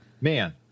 man